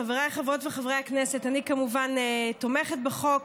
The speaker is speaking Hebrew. חבריי חברות וחברי הכנסת, אני כמובן תומכת בחוק.